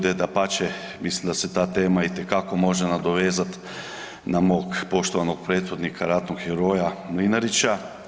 dapače mislim da se ta tema itekako može nadovezat na mog poštovanog prethodnika ratnog heroja Mlinarića.